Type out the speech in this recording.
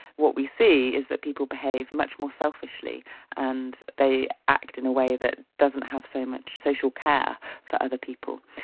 what we see is that people behave much more selfishly and they act in a way that doesn't have so much social care for other people.